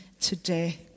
today